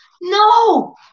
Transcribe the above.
No